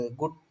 good